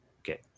Okay